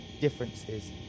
differences